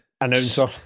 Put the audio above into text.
announcer